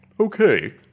Okay